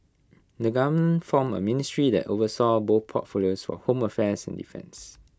the government formed A ministry that oversaw both portfolios for home affairs and defence